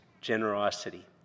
generosity